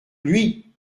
lui